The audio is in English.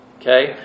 Okay